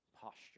posture